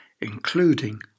including